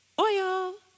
oil